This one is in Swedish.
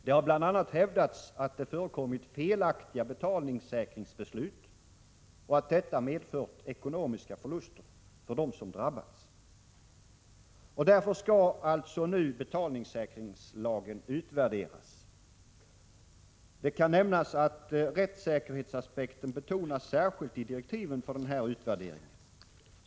Det har bl.a. hävdats att det förekommit felaktiga betalningssäkringsbeslut och att detta medfört ekonomiska förluster för de drabbade. Därför skall betalningssäkringslagen nu alltså utvärderas. Det kan nämnas att rättssäkerhetsaspekten betonas särskilt i direktiven för denna utvärdering.